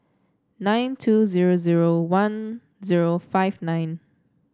nine two zero zero one zero five nine